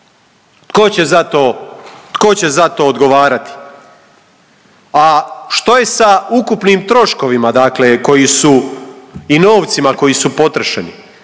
tko će za to odgovarati? A što je sa ukupnim troškovima dakle koji su i novcima koji su potrošeni?